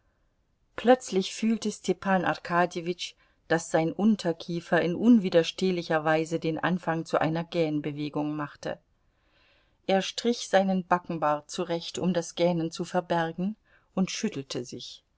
plötzlich fühlte stepan arkadjewitsch daß sein unterkiefer in unwiderstehlicher weise den anfang zu einer gähnbewegung machte er strich seinen backenbart zurecht um das gähnen zu verbergen und schüttelte sich